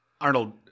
Arnold